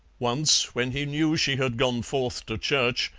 once, when he knew she had gone forth to church,